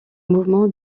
mouvement